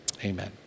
Amen